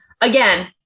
again